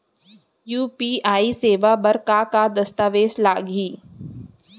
UPI सेवा बर का का दस्तावेज लागही?